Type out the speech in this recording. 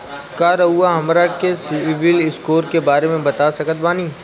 का रउआ हमरा के सिबिल स्कोर के बारे में बता सकत बानी?